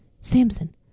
Samson